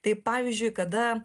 tai pavyzdžiui kada